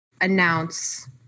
announce